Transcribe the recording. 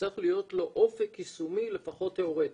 צריך להיות לו אופק יישומי לפחות תיאורטי,